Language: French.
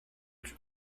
tut